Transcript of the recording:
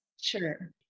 sure